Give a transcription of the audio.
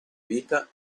vita